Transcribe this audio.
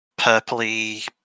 purpley